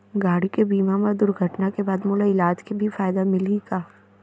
गाड़ी के बीमा मा दुर्घटना के बाद मोला इलाज के भी फायदा मिलही का?